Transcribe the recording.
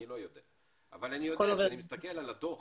אבל כשאני מסתכל על הדוח